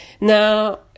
Now